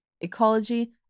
ecology